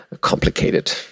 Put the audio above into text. complicated